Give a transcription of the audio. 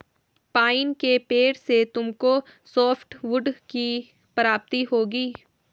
pine के पेड़ से तुमको सॉफ्टवुड की प्राप्ति होगी